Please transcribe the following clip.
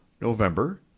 November